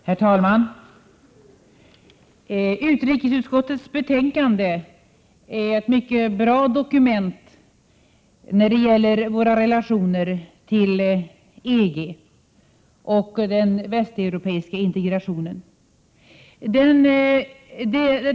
Herr talman! Utrikesutskottets betänkande är ett mycket bra dokument när det gäller våra relationer till EG och den västeuropeiska integrationen.